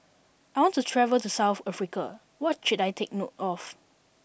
I want to travel to South Africa what should I take note of